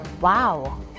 Wow